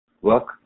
Work